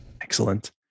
Excellent